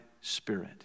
spirit